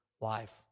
life